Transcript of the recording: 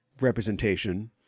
representation